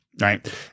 right